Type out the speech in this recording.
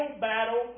battle